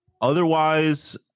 Otherwise